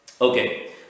Okay